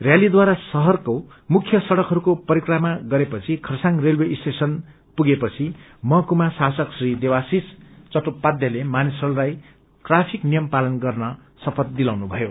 च्यालीद्वारा शहरको मुख्य सङ्कक्रस्को परिकमा गरे पछि खरसाङ रेलवे स्टेशन पुगे पछि महकुमा शासक श्री देवाशिष चटोपाध्यायले मानिसहरूलाई ट्राफिक नियमपालन गर्न शपथ दिलाउनु भयो